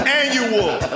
annual